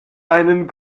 einen